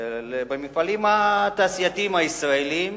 במפעלים התעשייתיים הישראליים